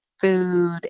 food